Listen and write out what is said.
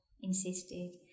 insisted